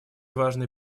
важные